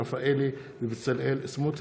מאיר כהן ועבדאללה אבו מערוף,